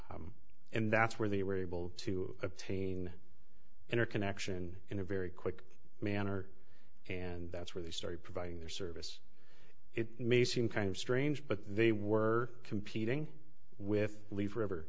and that's where they were able to obtain inner connection in a very quick manner and that's where they started providing their service it may seem kind of strange but they were competing with leave forever